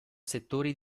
settori